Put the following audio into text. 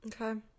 okay